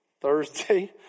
Thursday